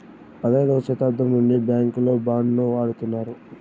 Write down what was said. పదైదవ శతాబ్దం నుండి బ్యాంకుల్లో బాండ్ ను వాడుతున్నారు